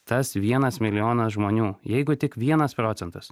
tas vienas milijonas žmonių jeigu tik vienas procentas